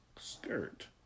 skirt